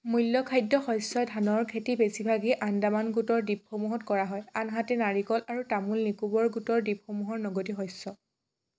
মূল খাদ্য শস্য ধানৰ খেতি বেছিভাগেই আন্দামান গোটৰ দ্বীপসমূহত কৰা হয় আনহাতে নাৰিকল আৰু তামোল নিকোবৰ গোটৰ দ্বীপসমূহৰ নগদী শস্য